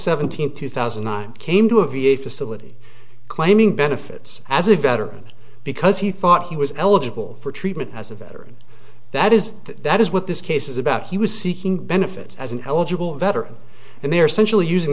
seventeenth two thousand and nine came to a v a facility claiming benefits as a veteran because he thought he was eligible for treatment as a veteran that is that is what this case is about he was seeking benefits as an eligible veteran and they're essentially using